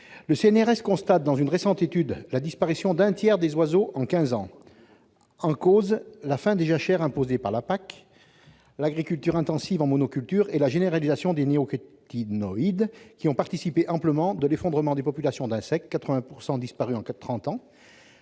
Le CNRS constate, dans une étude récente, la disparition d'un tiers des oiseaux en quinze ans. En cause, la fin des jachères imposées par la PAC, l'agriculture intensive en monoculture et la généralisation des néonicotinoïdes, qui ont participé amplement à l'effondrement des populations d'insectes- 80 % des insectes ont